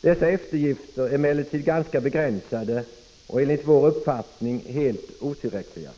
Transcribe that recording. Dessa eftergifter är emellertid ganska begränsade och enligt vår uppfattning helt otillräckliga.